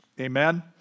Amen